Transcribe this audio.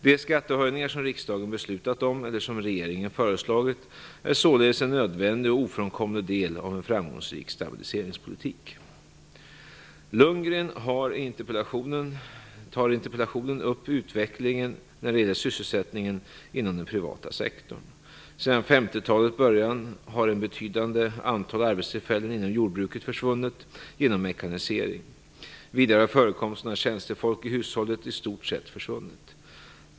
De skattehöjningar som riksdagen beslutat om eller som regeringen föreslagit är således en nödvändig och ofrånkomlig del av en framgångsrik stabiliseringspolitik. Bo Lundgren tar i interpellationen upp utvecklingen när det gäller sysselsättningen inom den privata sektorn. Sedan 1950-talets början har ett betydande antal arbetstillfällen inom jordbruket försvunnit genom mekaniseringen. Vidare har förekomsten av tjänstefolk i hushållet i stort sett försvunnit.